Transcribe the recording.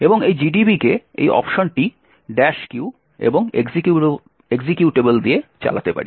এবং এই GDB কে এই অপশনটি q এবং এক্সিকিউটেবল দিয়ে চালাতে পারি